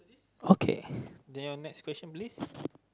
okay then your next question please